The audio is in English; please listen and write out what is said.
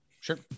Sure